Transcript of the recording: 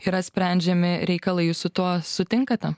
yra sprendžiami reikalai jūs su tuo sutinkate